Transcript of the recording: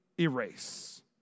erase